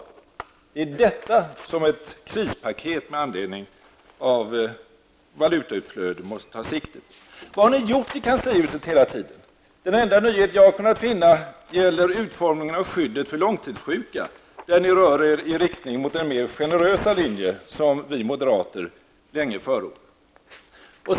Det är detta som ett krispaket med anledning av valutautflödet måste ta sikte på. Vad har ni gjort i kanslihuset hela tiden? Den enda nyhet jag har kunnat finna gäller utformningen av skyddet för långtidssjuka, där ni rör er i riktning mot den mer generösa linje som vi moderater länge har förordat.